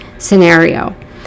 scenario